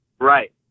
Right